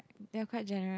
they're quite generous